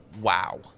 wow